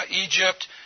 Egypt